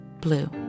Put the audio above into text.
Blue